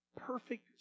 perfect